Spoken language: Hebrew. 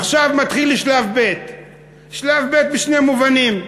עכשיו מתחיל שלב ב'; שלב ב' בשני מובנים: